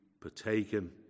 partaken